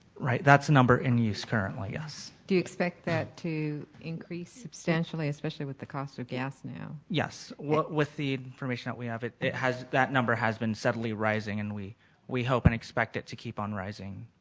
right, that's the number in use currently, yes. do you expect that to increase substantially especially with the cost of gas now? yes. what with the information that we have it it has that number has been suddenly arising and we we hope and expect it to keep on rising.